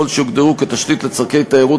יכול שיוגדרו כתשתית לצורכי תיירות